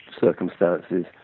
circumstances